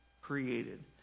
created